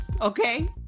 Okay